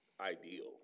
ideal